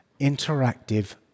interactive